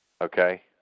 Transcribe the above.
okay